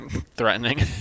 Threatening